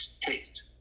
taste